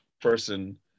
person